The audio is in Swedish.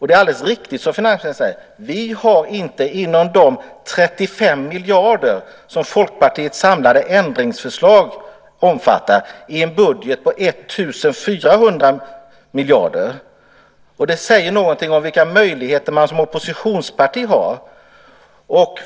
Det är alldeles riktigt, som finansministern säger, att vi inte har detta inom ramen för de 35 miljarder som Folkpartiets samlade ändringsförslag omfattar i en budget på 1 400 miljarder. Det säger ganska mycket om vilka möjligheter man som oppositionsparti har.